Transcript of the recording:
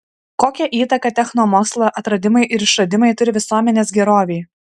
kokią įtaką technomokslo atradimai ir išradimai turi visuomenės gerovei